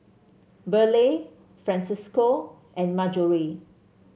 Burleigh Francisco and Marjorie